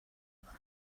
other